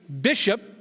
bishop